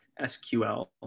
SQL